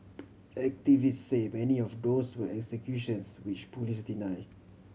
activist say many of those were executions which police deny